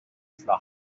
flock